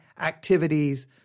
activities